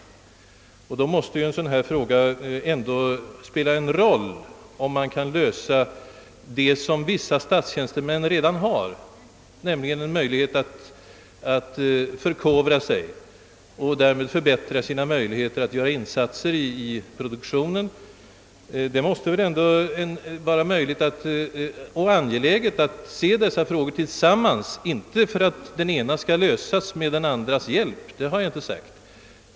Då måste det ändå spela en roll om man kan få vad vissa statstjänstemän redan har, nämligen möjlighet att förkovra sig under betald ledighet för att därmed kunna göra bättre insatser i produktionen. Det måste väl ändå vara riktigt att se dessa frågor tillsammans, inte för att den ena skall lösas med den andras hjälp — det har jag inte sagt.